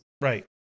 Right